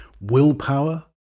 Willpower